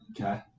Okay